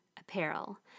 apparel